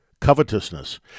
covetousness